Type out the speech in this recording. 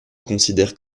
considère